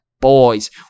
boys